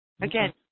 Again